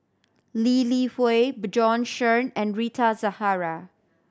Lee Li Hui Bjorn Shen and Rita Zahara